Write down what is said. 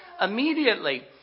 Immediately